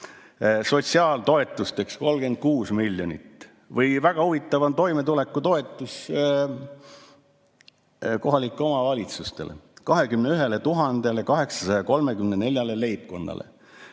sotsiaaltoetusteks 36 miljonit. Väga huvitav on toimetulekutoetus kohalikele omavalitsustele: 21 834 leibkonnale